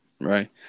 Right